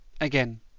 again